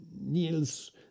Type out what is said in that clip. Niels